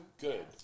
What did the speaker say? Good